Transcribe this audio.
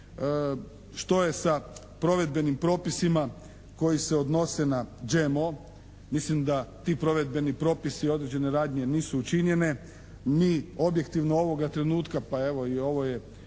što je sa provedbenim propisima koji se odnose na GMO. Mislim da ti provedbeni propisi i određene radnje nisu učinjene. Mi objektivno ovoga trenutka pa evo i ovo je